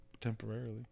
temporarily